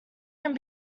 can